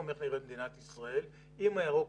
נראית היום מדינת ישראל עם הירוק,